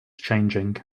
changing